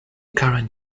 current